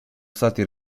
stati